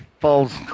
falls